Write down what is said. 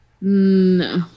No